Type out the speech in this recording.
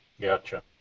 Gotcha